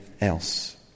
else